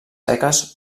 seques